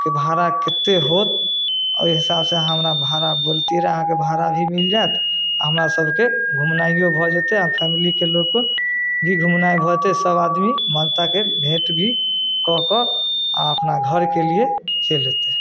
के भाड़ा कतेक होत ओहि हिसाबसँ अहाँ हमरा भाड़ा बोलतिए रहै अहाँके भाड़ा भी मिलि जाएत हमरासभके घुमनाइओ भऽ जेतै आओर फैमिलीके लोक भी घुमनाइ भऽ जेतै सभ आदमी माताके भेँट भी कऽ कऽ आओर अपना घरके लिए चलि अएतै